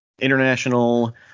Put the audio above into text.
international